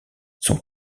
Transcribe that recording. son